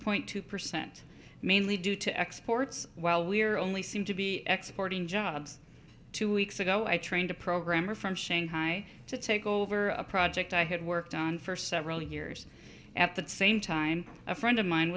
point two percent mainly due to exports well we're only seem to be exploiting jobs two weeks ago i trained a programmer from shanghai to take over a project i had worked on for several years at that same time a friend of mine